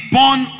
born